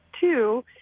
two